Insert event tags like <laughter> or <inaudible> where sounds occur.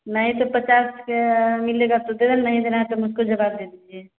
नहीं तो पचास के मिलेगा तो <unintelligible> नहीं देना है तो मुझको जवाब दे दीजिए